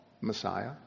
Messiah